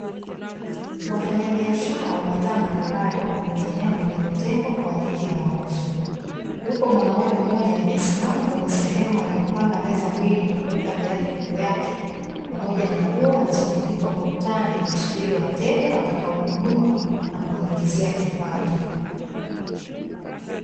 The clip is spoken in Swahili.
Wafanyabiashara wa bidhaa mbalimbali wapo kwenye eneo lililotengwa kwa ajili ya mauzo, yupo mwanaume mmoja aliyesimama kwenye sehemu aliyopanga meza mbili na kuweka viatu juu yake pamoja na nguo alizotundika ukutani akisubiri wateja watakaonunua na kumuingizia kipato.